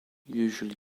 usually